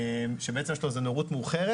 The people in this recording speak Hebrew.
שבעצם יש לו איזו נערות מאוחרת,